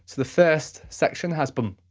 the first section has boom,